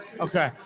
Okay